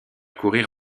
courir